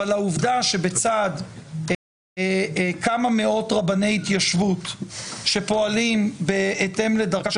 אבל העובדה שבצד כמה מאות רבני התיישבות שפועלים בהתאם לדרכה של